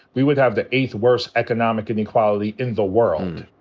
we would have the eighth worst economic inequality in the world.